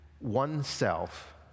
oneself